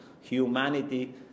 humanity